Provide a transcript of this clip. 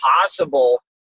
possible